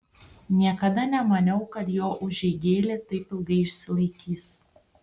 niekada nemaniau kad jo užeigėlė taip ilgai išsilaikys